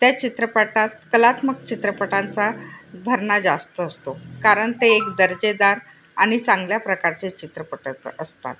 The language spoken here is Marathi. त्या चित्रपटात कलात्मक चित्रपटांचा भरणा जास्त असतो कारण ते एक दर्जेदार आणि चांगल्या प्रकारचे चित्रपट असतात